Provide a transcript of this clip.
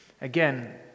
Again